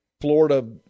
Florida